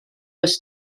oes